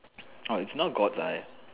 orh it's not